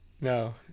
no